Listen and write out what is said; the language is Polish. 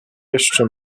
jeszcze